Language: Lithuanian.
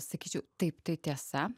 sakyčiau taip tai tiesa